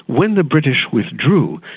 when the british withdrew,